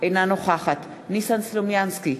אינה נוכחת ניסן סלומינסקי,